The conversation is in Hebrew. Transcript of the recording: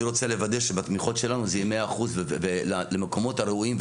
אני רוצה לוודא שבתמיכות שלנו זה יהיה 100% למקומות הראויים.